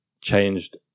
changed